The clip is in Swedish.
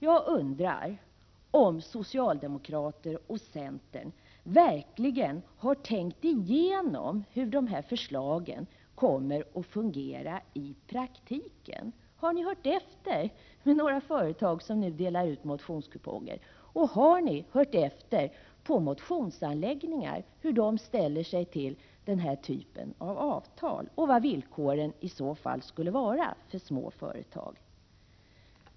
Jag undrar om socialdemokraterna och centern verkligen har tänkt igenom hur deras förslag kommer att fungera i praktiken. Har ni hört efter hur många företag som nu delar ut motionskuponger? Och har ni hört efter på motionsanläggningar hur de ställer sig till den här typen av avtal och vad villkoren i så fall skulle vara för små företag?